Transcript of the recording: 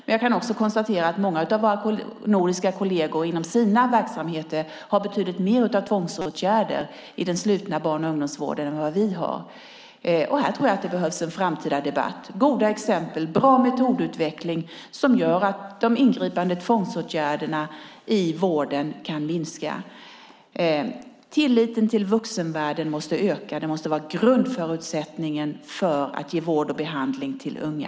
Men jag kan konstatera att många av våra nordiska kolleger inom sina verksamheter har betydligt mer av tvångsåtgärder i den slutna barn och ungdomsvården än vad vi har. Här behövs en framtida debatt, goda exempel och bra metodutveckling som gör att de ingripande tvångsåtgärderna i vården kan minska. Tilliten till vuxenvärlden måste öka - det måste vara grundförutsättningen för att ge vård och behandling till unga.